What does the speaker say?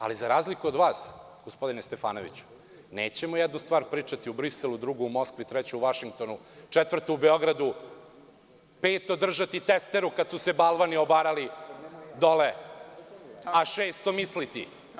Ali, za razliku od vas, gospodine Stefanoviću, nećemo jednu stvar pričati u Briselu, drugu u Moskvi, treću u Vašingtonu, četvrtu u Beogradu, petu držati testeru kada su se balvani obarali dole, a šesto misliti.